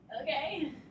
Okay